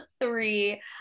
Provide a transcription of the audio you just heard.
three